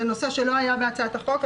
זה נושא שלא היה בהצעת החוק.